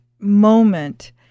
moment